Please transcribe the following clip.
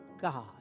God